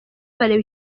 bareba